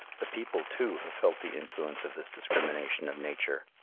the people, too, have felt the influence of this discrimination of nature.